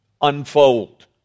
unfold